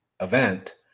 event